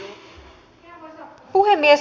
arvoisa puhemies